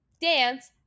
dance